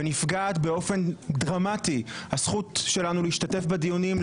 ונפגעת באופן דרמטי הזכות שלנו להשתתף בדיונים,